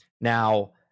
Now